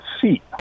seat